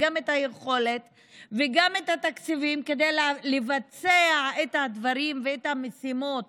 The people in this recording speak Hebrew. גם את היכולת וגם את התקציבים לבצע את הדברים ואת המשימות